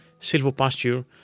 silvopasture